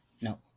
No